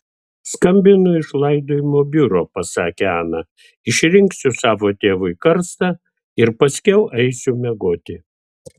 skambinu iš laidojimo biuro pasakė ana išrinksiu savo tėvui karstą ir paskiau eisiu miegoti